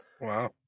Wow